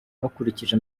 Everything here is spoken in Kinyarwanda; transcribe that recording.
bakurikije